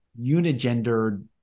unigendered